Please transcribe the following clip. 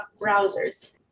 browsers